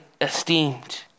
esteemed